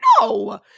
No